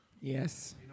Yes